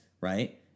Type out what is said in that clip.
right